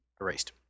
Erased